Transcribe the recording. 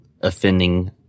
offending